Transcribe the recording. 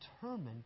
determined